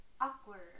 Awkward